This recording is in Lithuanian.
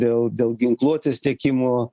dėl dėl ginkluotės tiekimo